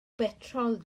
betrol